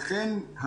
לכן,